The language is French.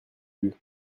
vue